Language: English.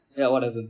ya what happened